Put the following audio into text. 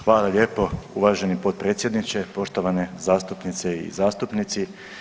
Hvala lijepo uvaženi potpredsjedniče, poštovane zastupnice i zastupnici.